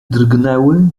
drgnęły